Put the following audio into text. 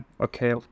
okay